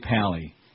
pally